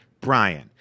Brian